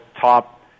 top